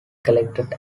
collected